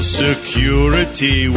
security